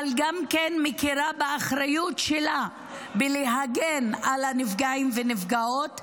אבל גם מכירה באחריות שלה להגן על הנפגעים והנפגעות,